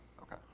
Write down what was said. Okay